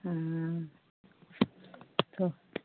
तो